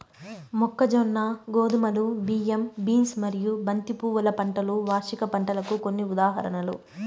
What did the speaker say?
మొక్కజొన్న, గోధుమలు, బియ్యం, బీన్స్ మరియు బంతి పువ్వుల పంటలు వార్షిక పంటలకు కొన్ని ఉదాహరణలు